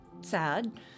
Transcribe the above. sad